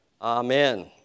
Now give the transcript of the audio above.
Amen